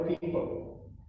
people